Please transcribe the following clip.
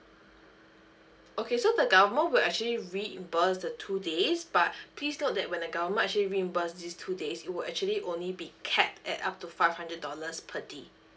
okay so the government will actually reimburse the two days but please tell note that when the government actually reimburse these two days it will actually only be capped at up to five hundred dollars per day